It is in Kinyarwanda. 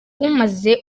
umaze